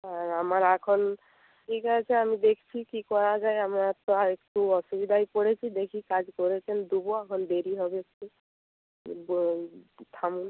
আর আমার এখন ঠিক আছে আমি দেখছি কী করা যায় আমার তো হায় একটু অসুবিধায় পড়েছি দেখি কাজ করেছেন দেবো এখন দেরি হবে একটু থামুন